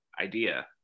idea